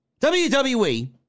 WWE